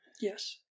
yes